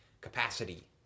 capacity